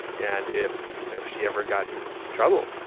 and if you know she ever got in trouble.